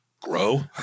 Grow